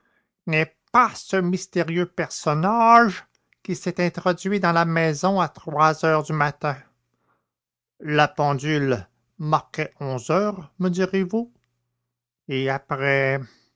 n'est pas ce mystérieux personnage qui s'est introduit dans la maison à trois heures du matin la pendule marquait onze heures me direz-vous et après